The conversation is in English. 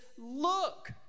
look